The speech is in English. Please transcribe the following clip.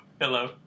Hello